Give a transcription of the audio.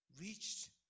reached